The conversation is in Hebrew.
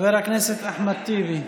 חבר הכנסת אחמד טיבי.